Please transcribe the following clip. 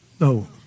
no